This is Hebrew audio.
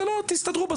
תסתדרו,